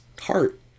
heart